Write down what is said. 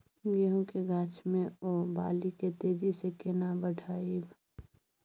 गेहूं के गाछ ओ बाली के तेजी से केना बढ़ाइब?